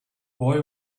boy